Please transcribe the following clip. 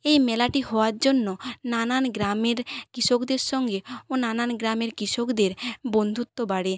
এই মেলাটি হওয়ার জন্য নানান গ্রামের কৃষকদের সঙ্গে ও নানান গ্রামের কৃষকদের বন্ধুত্ব বাড়ে